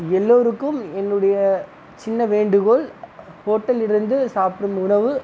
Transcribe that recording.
எல்லோருக்கும் என்னுடைய சின்ன வேண்டுகோள் ஹோட்டலிலிருந்து சாப்பிடும் உணவு